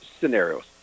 scenarios